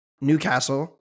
Newcastle